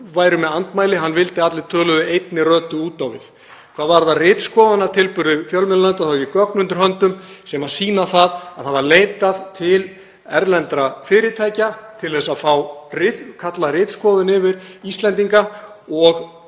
væru með andmæli. Hann vildi að allir töluðu einni röddu út á við. Hvað varðar ritskoðunartilburði fjölmiðlanefndar þá hef ég gögn undir höndum sem sýna að það var leitað til erlendra fyrirtækja til að kalla ritskoðun yfir Íslendinga. Ég